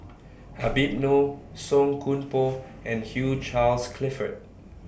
Habib Noh Song Koon Poh and Hugh Charles Clifford